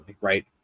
right